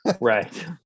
Right